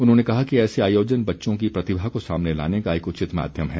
उन्होंने कहा कि ऐसे आयोजन बच्चों की प्रतिभा को सामने लाने का एक उचित माध्यम है